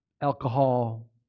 alcohol